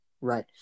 Right